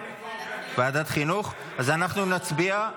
אז אנחנו נצביע.